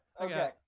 Okay